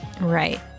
Right